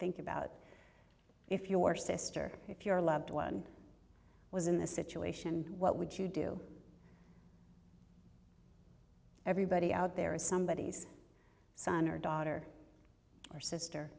think about if your sister if your loved one was in the situation what would you do everybody out there is somebody else son or daughter or sister